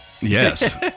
Yes